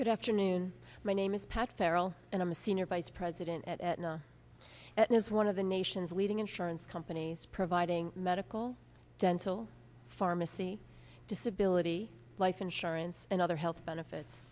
good afternoon my name is pat feral animal senior vice president at no it is one of the nation's leading insurance companies providing medical dental pharmacy disability life insurance and other health benefits